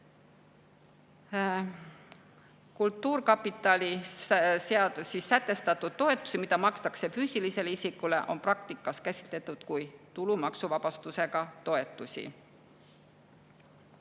Kultuurkapitali seaduses sätestatud toetusi, mida makstakse füüsilisele isikule, on praktikas käsitletud kui tulumaksuvabastusega toetusi.